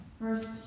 First